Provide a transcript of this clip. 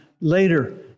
Later